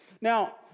Now